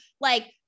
like-